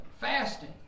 fasting